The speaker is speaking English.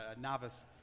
novice